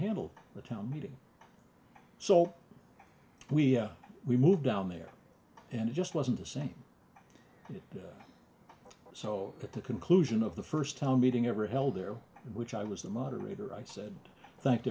handle the town meeting so we we moved down there and it just wasn't the same so at the conclusion of the first town meeting ever held there in which i was the moderator i said thank